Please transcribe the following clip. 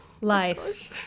life